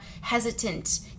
hesitant